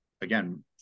again